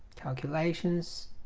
calculations